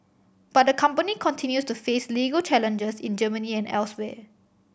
but the company continues to face legal challenges in Germany and elsewhere